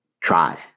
Try